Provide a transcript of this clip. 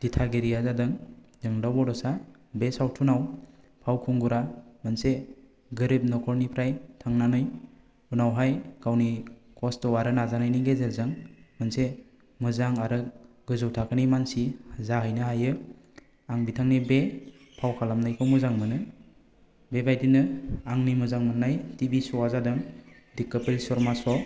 दिथागिरिया जादों जोंदाव बड'सा बे सावथुनआव फाव खुंगुरा मोनसे गोरिब न'खरनिफ्राय थांनानै उनावहाय गावनि खस्थ' आरो नाजानायनि गेजेरजों मोनसे मोजां आरो गोजौ थाखोनि मानसि जाहैनो हायो आं बिथांनि बे फाव खालामनायखौ मोजां मोनो बेबायदिनो आंनि मोजां मोन्नाय टिभि श' आ जादों डि कपिल सर्मा श'